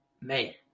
man